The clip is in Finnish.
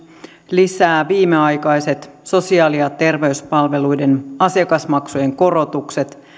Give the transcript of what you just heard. lisää viimeaikaiset sosiaali ja terveyspalveluiden asiakasmaksujen korotukset